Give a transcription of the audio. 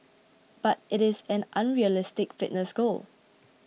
but it is an unrealistic fitness goal